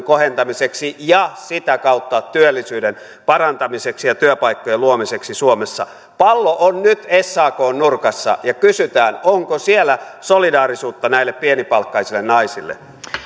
kohentamiseksi ja sitä kautta työllisyyden parantamiseksi ja työpaikkojen luomiseksi suomessa pallo on nyt sakn nurkassa ja kysytään onko siellä solidaarisuutta näille pienipalkkaisille naisille